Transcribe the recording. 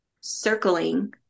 circling